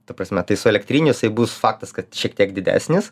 ta prasme tai su elektriniu jisai bus faktas kad šiek tiek didesnis